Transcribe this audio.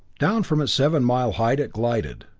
down from its seven mile height it glided,